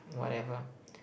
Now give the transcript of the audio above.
whatever